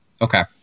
Okay